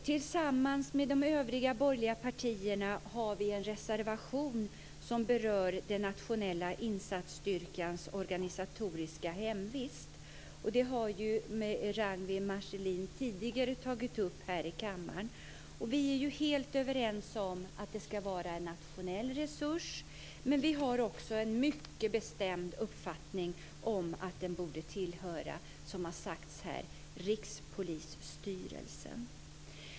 Tillsammans med de övriga borgerliga partierna har vi en reservation som berör den nationella insatsstyrkans organisatoriska hemvist. Det har ju Ragnwi Marcelind tidigare tagit upp här i kammaren. Vi är helt överens om att det ska vara en nationell resurs, och vi har också en mycket bestämd uppfattning om att den, som har sagts här, borde tillhöra Rikspolisstyrelsen.